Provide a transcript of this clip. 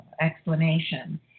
explanation